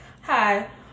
Hi